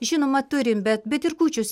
žinoma turim bet bet ir kūčios